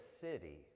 city